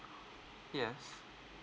yes